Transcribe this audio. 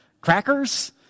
crackers